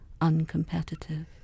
uncompetitive